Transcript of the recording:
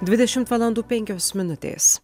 dvidešimt valandų penkios minutės